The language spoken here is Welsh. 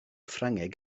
ffrangeg